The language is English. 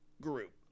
group